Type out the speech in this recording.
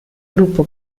gruppo